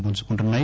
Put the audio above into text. పుంజుకుంటున్నాయి